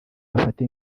bafate